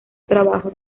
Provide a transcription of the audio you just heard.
trabajo